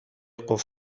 قفل